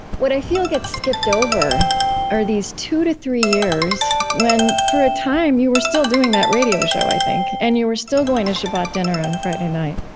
what i feel gets skipped over are these two to three years when, for a time, you were still doing that radio show, i think, and you were still going to shabbat dinner on friday night,